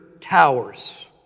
towers